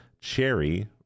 Cherry